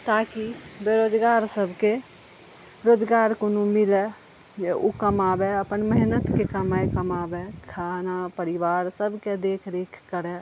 ताकि बेरोजगार सबके रोजगार कोनो मिलए जे ओ कमाबए अपन मेहनतके कमाइ कमाबए खाना परिबार सबके देखरेख करए